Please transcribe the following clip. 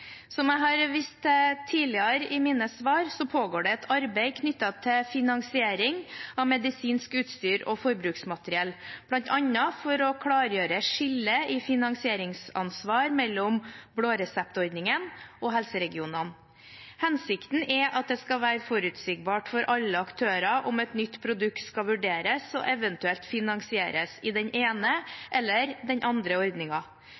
Som jeg har vist til tidligere i mine svar, pågår det et arbeid knyttet til finansiering av medisinsk utstyr og forbruksmateriell, bl.a. for å klargjøre skillet i finansieringsansvar mellom blåreseptordningen og helseregionene. Hensikten er at det skal være forutsigbart for alle aktører om et nytt produkt skal vurderes og eventuelt finansieres i den ene eller den andre